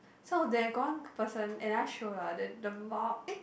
some of them got one person another show lah the the mum eh